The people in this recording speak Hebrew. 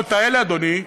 ובנורמות האלה, אדוני,